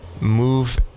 move